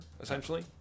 Essentially